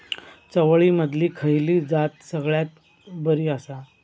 चवळीमधली खयली जात सगळ्यात बरी आसा?